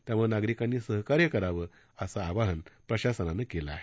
त्यामुळे नागरिकांनी सहकार्य करावे असे आवाहन प्रशासनाने केले आहे